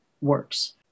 works